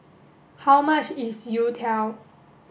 how much is Youtiao